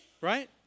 Right